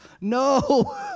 No